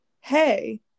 hey